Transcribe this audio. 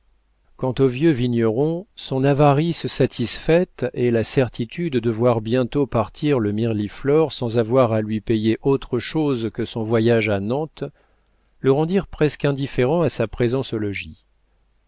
quant au vieux vigneron son avarice satisfaite et la certitude de voir bientôt partir le mirliflor sans avoir à lui payer autre chose que son voyage à nantes le rendirent presque indifférent à sa présence au logis